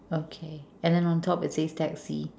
okay and then on top it says taxi